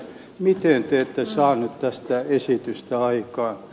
miten te ette saaneet tästä esitystä aikaan